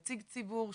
נציג ציבור,